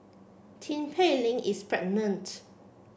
Tin Pei Ling is